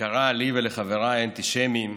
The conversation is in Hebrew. וקרא לי ולחבריי "אנטישמים",